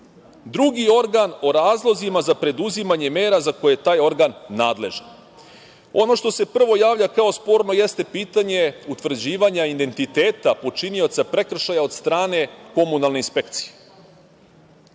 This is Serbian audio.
drugi organ o razlozima za preduzimanje mera za koje je taj organ nadležan. Ono što se prvo javlja kao sporno jeste pitanje utvrđivanja identiteta počinioca prekršaja od strane komunalne inspekcije.